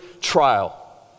trial